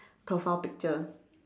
profile picture